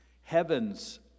Heaven's